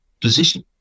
position